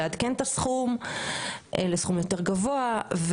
לעדכן את הסכום לסכום יותר גבוה.